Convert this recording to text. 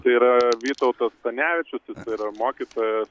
tai yra vytautas stanevičius jis yra mokytojas